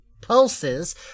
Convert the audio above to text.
Pulses